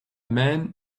man